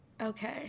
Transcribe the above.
Okay